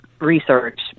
research